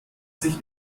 sich